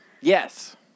Yes